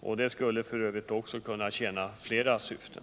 och det skulle f. ö. också tjäna flera syften.